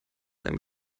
einem